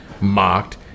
mocked